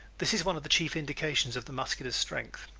this is one of the chief indications of the muscular's strength.